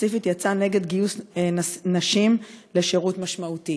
וספציפית יצא נגד גיוס נשים לשירות משמעותי.